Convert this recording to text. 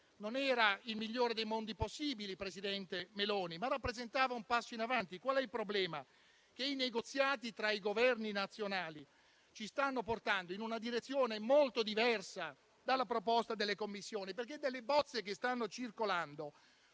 Non era il migliore dei mondi possibili, signora presidente del Consiglio Meloni, ma rappresentava un passo in avanti. Il problema è che i negoziati tra i Governi nazionali ci stanno portando in una direzione molto diversa dalla proposta della Commissione, perché nelle bozze che stanno circolando